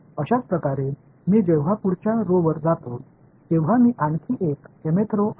अशाच प्रकारे मी जेव्हा पुढच्या रोवर जातो तेव्हा ही आणखी एक mth रो असते